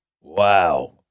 Wow